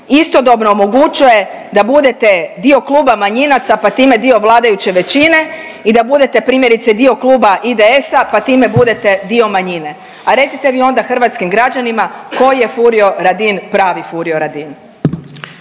istodobno omogućuje da budete dio kluba manjinaca pa time dio vladajuće većine i da budete primjerice dio kluba IDS-a pa time budete dio manjine. A recite vi onda hrvatskim građanima koji je Furio Radin pravi Furio Radin.